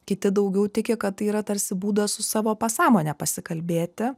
kiti daugiau tiki kad tai yra tarsi būdas su savo pasąmone pasikalbėti